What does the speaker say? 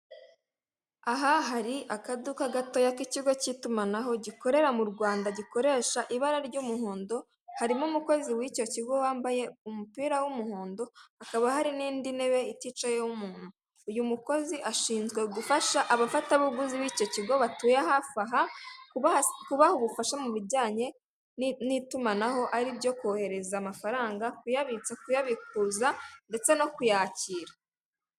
Aha hari akaduka gatoya k'ikigo cy'itumanaho gikorera mu Rwanda gikoresha ibara ry'umuhondo harimo umukozi w'icyo kigo wambaye umupira w'umuhondo akaba hari n'indi ntebe iticayeho umuntu, uyu mukozi ashinzwe gufasha abafatabuguzi bicyo kigo batuye hafi aha, kubaha ubufasha mu bijyanye n'itumanaho ari ryo kohereza amafaranga kuyabitsa kuyabikuza ndetse no kuyakira.